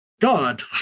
God